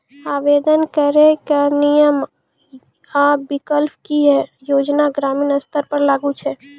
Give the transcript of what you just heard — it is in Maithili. आवेदन करैक नियम आ विकल्प? की ई योजना ग्रामीण स्तर पर लागू छै?